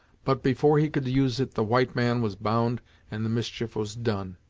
but, before he could use it the white man was bound and the mischief was done.